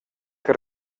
que